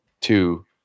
two